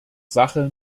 sache